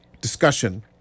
discussion